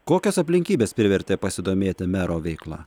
kokios aplinkybės privertė pasidomėti mero veikla